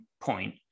point